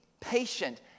patient